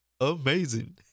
amazing